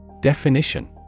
Definition